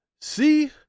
See